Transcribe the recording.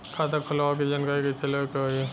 खाता खोलवावे के जानकारी कैसे लेवे के होई?